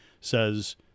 says